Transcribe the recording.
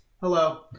hello